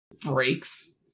breaks